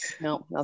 no